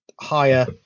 higher